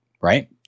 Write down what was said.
Right